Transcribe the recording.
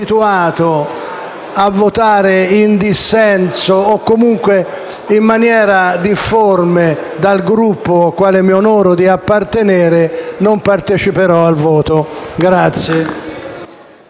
a votare in dissenso o comunque in maniera difforme dal Gruppo al quale mi onoro di appartenere, non parteciperò al voto.